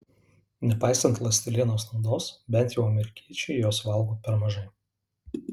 nepaisant ląstelienos naudos bent jau amerikiečiai jos valgo per mažai